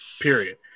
period